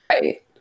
Right